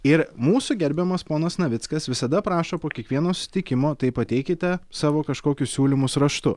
ir mūsų gerbiamas ponas navickas visada prašo po kiekvieno susitikimo tai pateikite savo kažkokius siūlymus raštu